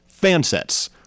Fansets